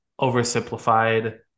oversimplified